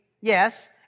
yes